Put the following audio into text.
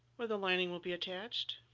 where the lining will be attached.